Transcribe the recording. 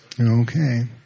Okay